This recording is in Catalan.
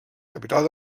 capital